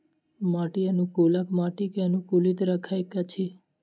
माटि अनुकूलक माटि के अनुकूलित रखैत अछि